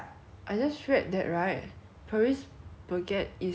offering a buy five get five free offer